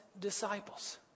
disciples